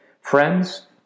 Friends